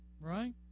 Right